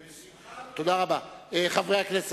אני מאוד מודה לכם.